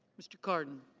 mr. cardin.